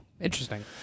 interesting